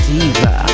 Diva